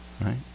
Right